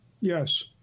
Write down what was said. Yes